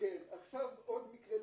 עוד מקרה,